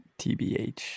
TBH